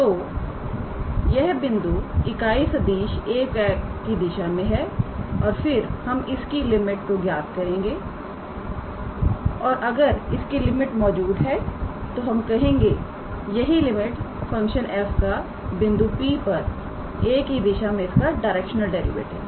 तो यह बिंदु इकाई सदिश 𝑎̂ की दिशा में है और फिर हम इसकी लिमिट को ज्ञात करेंगे और अगर इसकी लिमिट मौजूद है तो हम कहेंगे यही लिमिट फंक्शन f का बिंदु P पर 𝑎̂ की दिशा में इसका डायरेक्शनल डेरिवेटिव है